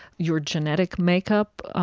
your genetic makeup,